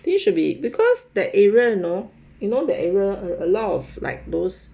I think should be because that area you know you know that area a lot of like those